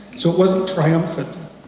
so wasn't triumphant.